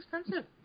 expensive